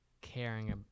caring